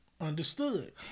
Understood